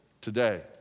today